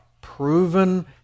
proven